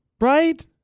Right